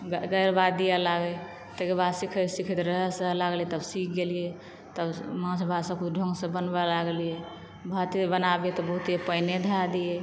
गारि बात दीए लागय तेकर बाद सीखैत सीखैत रिहर्सल होए लागलै तब सीख गेलिए तब माछ भात सब किछु ढंग सॅं बनबय लागलिए भाते बनाबीए त बहुते पाइने धै दीए